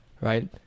right